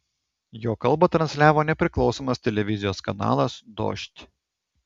jo kalbą transliavo nepriklausomas televizijos kanalas dožd